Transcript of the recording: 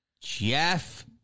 Jeff